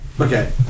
Okay